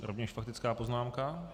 Rovněž faktická poznámka.